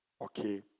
okay